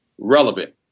Relevant